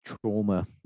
trauma